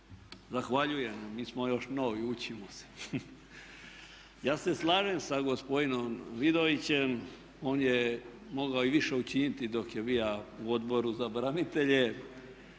Zahvaljujem. Mi smo još novi, učimo se. Ja se slažem sa gospodinom Vidovićem, on je mogao i više učiniti dok je bio u Odboru za branitelje.